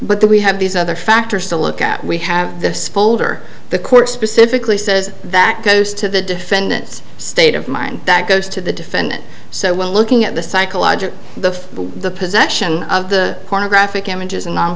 that we have these other factors to look at we have spoiled or the court specifically says that goes to the defendant's state of mind that goes to the defendant so we're looking at the psychological the the possession of the pornographic images